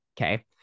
Okay